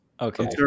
okay